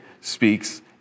speaks